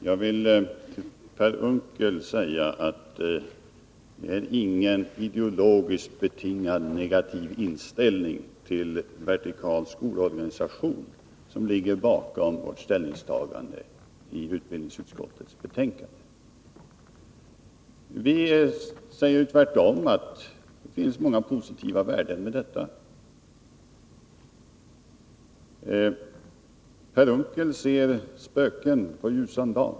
Fru talman! Jag vill till Per Unckel säga att det inte är någon ideologiskt betingad, negativ inställning till vertikal skolorganisation som ligger bakom vårt ställningstagande i utbildningsutskottets betänkande. Vi säger tvärtom att det finns många positiva värden i detta. Per Unckel ser spöken på ljusan dag.